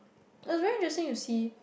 a life lesson you see